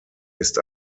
ist